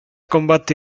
combatte